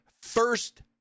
first